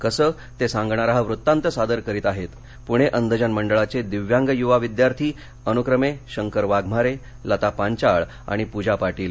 कसं ते सांगणारा हा वृत्तांत सादर करीत आहेत पुणे अंधजन मंडळाचे दीव्यांग युवा विद्यार्थी अनुक्रमे शंकर वाघमारे लता पांचाळ आणि पूजा पाटील